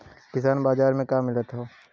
किसान बाजार मे का मिलत हव?